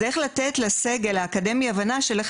זה איך לתת לסגל האקדמי הבנה של איך